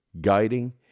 guiding